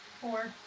Four